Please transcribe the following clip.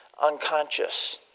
unconscious